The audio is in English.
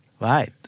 Right